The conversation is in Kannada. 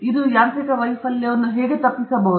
ಇದು ಯಾಂತ್ರಿಕ ವೈಫಲ್ಯವನ್ನು ಹೇಗೆ ತಪ್ಪಿಸುತ್ತದೆ